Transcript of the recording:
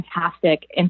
fantastic